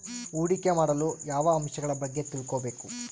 ಹೂಡಿಕೆ ಮಾಡಲು ಯಾವ ಅಂಶಗಳ ಬಗ್ಗೆ ತಿಳ್ಕೊಬೇಕು?